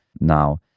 now